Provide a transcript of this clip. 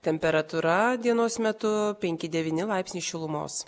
temperatūra dienos metu penki devyni laipsniai šilumos